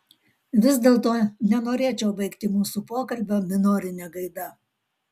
vis dėlto nenorėčiau baigti mūsų pokalbio minorine gaida